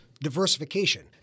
diversification